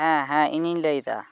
ᱦᱮᱸ ᱦᱮᱸ ᱤᱧᱤᱧ ᱞᱟᱹᱭᱮᱫᱟ